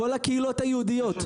בכל הקהילות היהודיות.